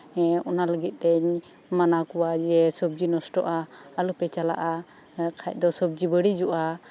ᱦᱮᱸ ᱚᱱᱟ ᱞᱟᱹᱜᱤᱫ ᱛᱤᱧ ᱢᱟᱱᱟ ᱠᱚᱣᱟ ᱡᱮ ᱥᱚᱵᱡᱤ ᱱᱚᱥᱴᱚᱜᱼᱟ ᱟᱞᱚ ᱯᱮ ᱪᱟᱞᱟᱜᱼᱟ ᱵᱟᱠᱷᱟᱡ ᱫᱚ ᱥᱚᱵᱡᱤ ᱵᱟᱹᱲᱤᱡᱚᱜᱼᱟ